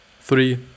Three